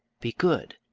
be good.